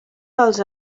dels